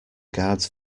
guard’s